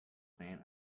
plant